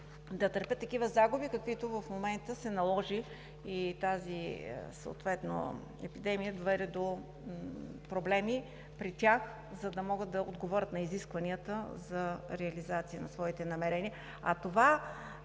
да търпят такива загуби, каквито в момента се наложи, и тази епидемия доведе до проблеми при тях, за да могат да отговарят на изискванията за реализация на своите намерения? А това,